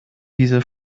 diese